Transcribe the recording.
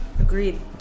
Agreed